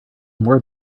more